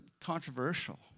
controversial